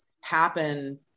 happen